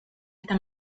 esta